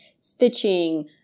stitching